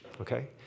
okay